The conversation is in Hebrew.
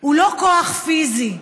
הוא לא כוח פיזי,